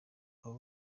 abo